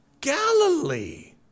Galilee